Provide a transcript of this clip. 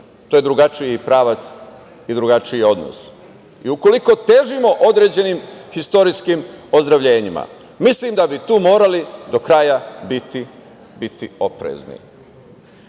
to je drugačiji pravac i drugačiji odnos i ukoliko težimo određenim istorijskim ozdravljenjima mislim da bi tu morali do kraja biti oprezni. Ja